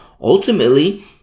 ultimately